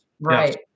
right